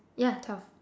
yeah twelve